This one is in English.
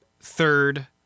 third